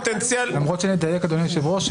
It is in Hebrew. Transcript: הפוטנציאל --- אני אדייק, אדוני היושב-ראש.